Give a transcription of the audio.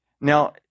Now